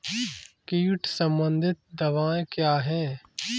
कीट संबंधित दवाएँ क्या हैं?